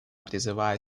призываю